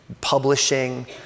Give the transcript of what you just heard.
publishing